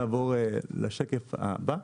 נעבור לשקף הבא.